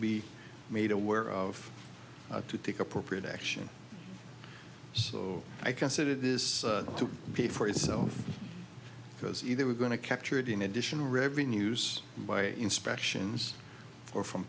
be made aware of to take appropriate action so i consider this to pay for itself because either we're going to capture it in additional revenues by inspections or from